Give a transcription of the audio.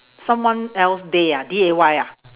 someone else day ah D A Y ah